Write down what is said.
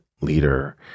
leader